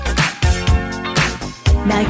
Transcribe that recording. Now